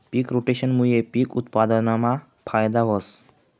पिक रोटेशनमूये पिक उत्पादनमा फायदा व्हस